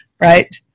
right